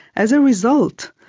as a result,